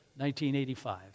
1985